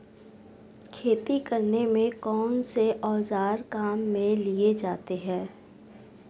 खेती करने में कौनसे औज़ार काम में लिए जाते हैं?